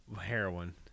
heroin